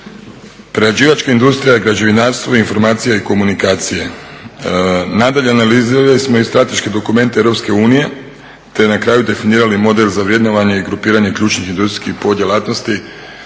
prerađivačka i građevinarstvo, informacije i komunikacije. Nadalje, analizirali smo i strateški dokument EU te na kraju definirali model za vrednovanje i grupiranje ključnih industrijskih pod djelatnosti.